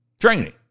training